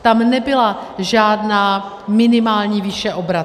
Tam nebyla žádná minimální výše obratu.